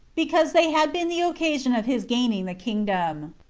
because they had been the occasion of his gaining the kingdom.